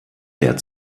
der